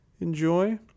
Enjoy